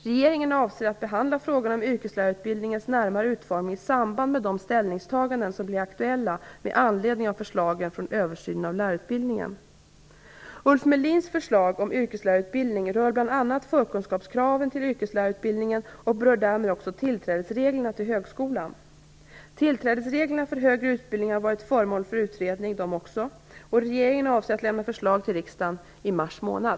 Regeringen avser att behandla frågan om yrkeslärarutbildningens närmare utformning i samband med de ställningstaganden som blir aktuella med anledning av förslagen från översynen av lärarutbildningen. Ulf Melins förslag om yrkeslärarutbildningen rör bl.a. förkunskapskraven till yrkeslärarutbildningen och berör därmed också tillträdesreglerna till högskolan. Tillträdesreglerna för högre utbildning har varit föremål för utredning och regeringen avser att lämna förslag till riksdagen i mars månad.